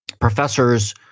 professors